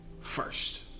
first